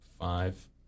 five